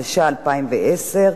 התש"ע 2010,